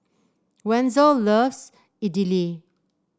Wenzel loves Idili